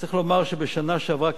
צריך לומר שבשנה שעברה,